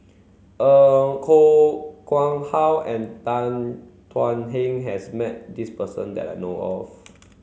Koh Nguang How and Tan Thuan Heng has met this person that I know of